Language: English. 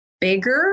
bigger